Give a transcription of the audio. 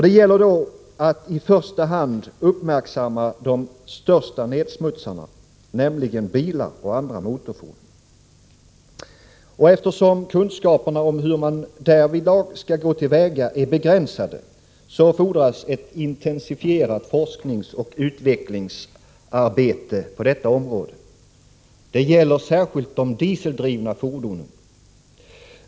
Det gäller då att i första hand uppmärksamma de största nedsmutsarna, nämligen bilar och andra motorfordon. Eftersom kunskaperna om hur man därvidlag skall gå till väga är begränsade, fordras ett intensifierat forskningsoch utvecklingsarbete på detta område. Det gäller särskilt de dieseldrivna fordonen.